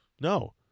No